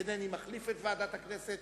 אינני מחליף את ועדת הכנסת,